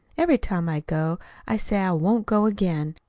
every time i go i say i won't go again.